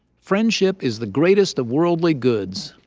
friendship is the greatest of worldly goods,